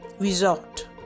result